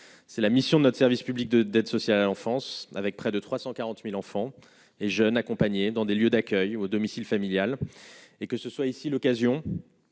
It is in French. c'est la mission de notre service public de d'aide sociale en France avec près de 340000 enfants et jeunes accompagnés dans des lieux d'accueil au domicile familial, et que ce soit ici l'occasion